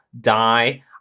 die